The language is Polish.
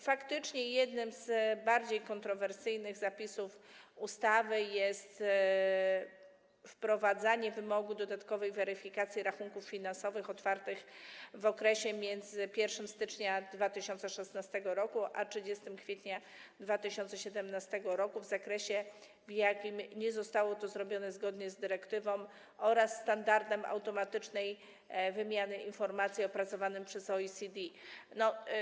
Faktycznie jednym z bardziej kontrowersyjnych zapisów ustawy jest wprowadzenie wymogu dodatkowej weryfikacji rachunków finansowych otwartych w okresie między 1 stycznia 2016 r. a 30 kwietnia 2017 r. w zakresie, w jakim nie zostało to zrobione zgodnie z dyrektywą oraz standardem automatycznej wymiany informacji opracowanym przez OECD.